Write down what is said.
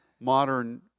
modern